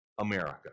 America